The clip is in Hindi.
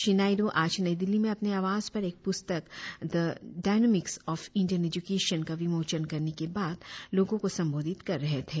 श्री नायड् आज नई दिल्ली में अपने आवास पर एक प्रस्तक the dynamics of Indian education का विमोचन करने के बाद लोगो को संबोधित कर रहे थे